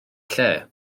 lle